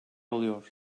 alıyor